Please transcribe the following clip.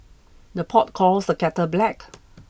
the pot calls the kettle black